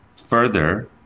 Further